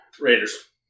Raiders